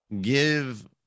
give